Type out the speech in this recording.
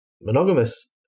monogamous